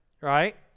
right